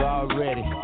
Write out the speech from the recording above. already